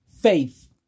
Faith